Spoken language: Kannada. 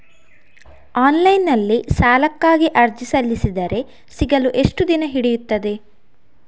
ಆನ್ಲೈನ್ ನಲ್ಲಿ ಸಾಲಕ್ಕಾಗಿ ಅರ್ಜಿ ಸಲ್ಲಿಸಿದರೆ ಸಿಗಲು ಎಷ್ಟು ದಿನ ಹಿಡಿಯುತ್ತದೆ?